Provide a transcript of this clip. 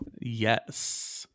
yes